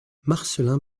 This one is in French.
marcelin